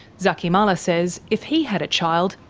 zaky mallah says if he had a child,